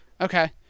okay